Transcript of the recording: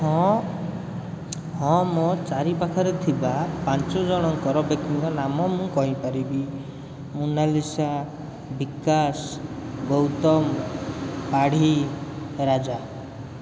ହଁ ହଁ ମୋ ଚାରିପାଖରେ ଥିବା ପାଞ୍ଚ ଜଣଙ୍କର ବ୍ୟକ୍ତିଙ୍କ ନାମ ମୁଁ କହିପାରିବି ମୋନାଲିସା ବିକାଶ ଗୌତମ ପାଢ଼ୀ ରାଜା